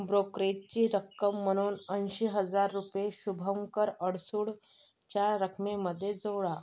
ब्रोकरेजची रक्कम म्हणून ऐंशी हजार रुपये शुभंकर अडसूडच्या रकमेमध्ये जोडा